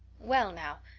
well now,